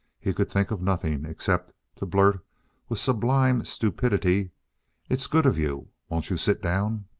he could think of nothing except to blurt with sublime stupidity it's good of you. won't you sit down?